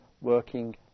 working